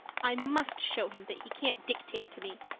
i must show him that he can't dictate to me.